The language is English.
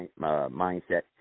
mindset